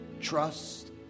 Trust